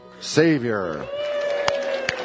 Savior